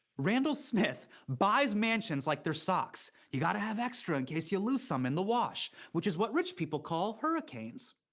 randall smith buys mansions like they're socks. you gotta have extra in case you lose some in the wash. which is what rich people call hurricanes.